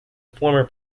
former